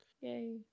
yay